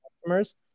customers